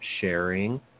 sharing